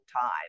time